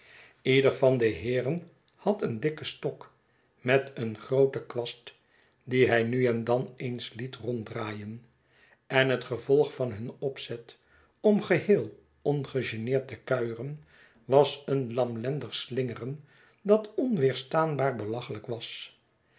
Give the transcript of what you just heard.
ieder van de heeren had een dikken stok met een grooten kwast dien hij nu en dan eens liet ronddraaien en het gevolg van hun opzet om geheel ongegeneerd te kuieren was een lamlendig slingeren dat onweerstaanbaar belachelijk was